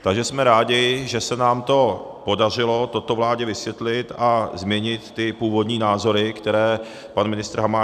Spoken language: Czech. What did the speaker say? Takže jsme rádi, že se nám to podařilo toto vládě vysvětlit a změnit ty původní názory, které pan ministr Hamáček měl.